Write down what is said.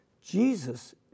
Jesus